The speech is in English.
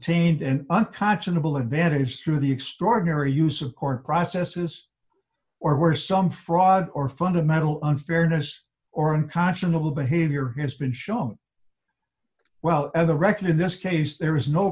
obtained an unconscionable advantage through the extraordinary use of court processes or worse some fraud or fundamental unfairness or unconscionable behavior has been shown well the record in this case there is no